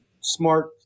smart